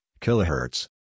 kilohertz